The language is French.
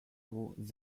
vous